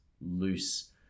loose